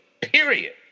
period